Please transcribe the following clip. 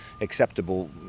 acceptable